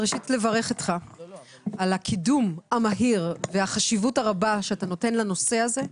ראשית לברך אותך על הקידום המהיר והחשיבות הרבה שאתה נותן לנושא הזה,